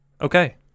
Okay